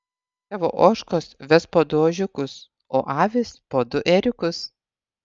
tavo ožkos ves po du ožiukus o avys po du ėriukus